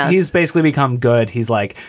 he's basically become good he's like,